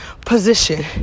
position